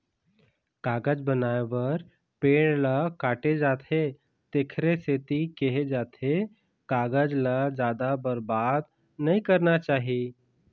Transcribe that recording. कागज बनाए बर पेड़ ल काटे जाथे तेखरे सेती केहे जाथे कागज ल जादा बरबाद नइ करना चाही